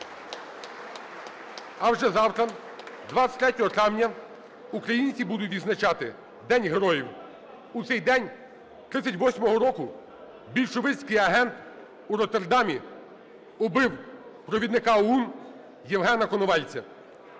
А отже, завтра, 23 травня, українці будуть відзначати День героїв. У цей день 38-го року більшовицький агент у Роттердамі вбив провідника ОУН Євгена Коновальця.